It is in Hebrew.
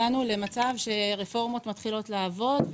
הגענו למצב שרפורמות מתחילות לעבוד.